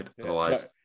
Otherwise